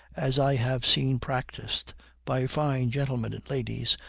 as i have seen practiced by fine gentlemen and ladies,